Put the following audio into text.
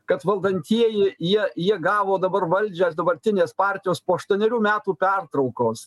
kad valdantieji jie jie gavo dabar valdžią dabartinės partijos po aštuonerių metų pertraukos